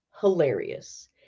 hilarious